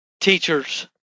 teachers